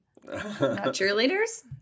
Cheerleaders